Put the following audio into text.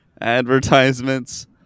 advertisements